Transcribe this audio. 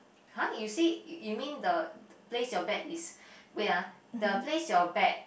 !huh! you see you mean the place your bet is wait ah the place your bet